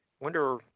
wonder